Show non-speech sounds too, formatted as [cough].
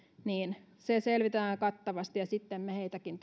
se selvitetään kattavasti ja sitten me tuemme heitäkin [unintelligible]